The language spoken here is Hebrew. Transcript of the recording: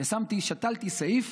ושתלתי סעיף,